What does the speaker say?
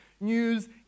news